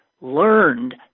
learned